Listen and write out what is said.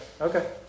okay